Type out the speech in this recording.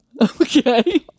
Okay